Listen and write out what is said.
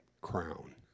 crown